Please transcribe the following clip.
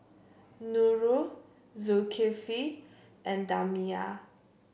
Nurul Zulkifli and Damia